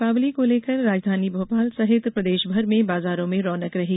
दीपावली को लेकर राजधानी भोपाल सहित प्रदेषभर में बाजारों में रौनक रही